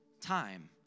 time